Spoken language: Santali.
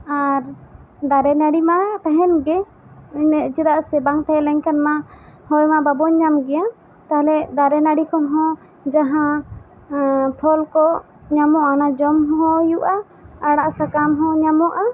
ᱟᱨ ᱫᱟᱨᱮ ᱱᱟᱹᱲᱤ ᱢᱟ ᱛᱟᱦᱮᱱ ᱜᱮ ᱤᱱᱟᱹᱜ ᱪᱮᱫᱟᱜ ᱥᱮ ᱵᱟᱝ ᱛᱟᱦᱮᱸᱞᱮᱱ ᱠᱷᱟᱱ ᱢᱟ ᱦᱚᱭ ᱢᱟ ᱵᱟᱵᱚᱱ ᱧᱟᱢ ᱜᱮᱭᱟ ᱛᱟᱦᱚᱞᱮ ᱫᱟᱨᱮ ᱱᱟᱹᱲᱤ ᱠᱚᱦᱚᱸ ᱡᱟᱦᱟᱸ ᱯᱷᱚᱞ ᱠᱚ ᱧᱟᱢᱚᱜᱼᱟ ᱚᱱᱟ ᱡᱚᱢ ᱦᱚᱸ ᱦᱩᱭᱩᱜᱼᱟ ᱟᱲᱟᱜ ᱥᱟᱠᱟᱢ ᱦᱚᱸ ᱧᱟᱢᱚᱜᱼᱟ